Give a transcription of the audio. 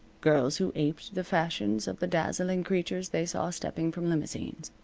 girls who aped the fashions of the dazzling creatures they saw stepping from limousines.